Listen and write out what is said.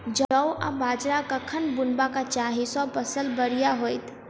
जौ आ बाजरा कखन बुनबाक चाहि जँ फसल बढ़िया होइत?